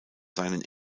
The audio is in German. seinen